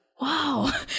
wow